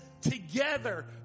together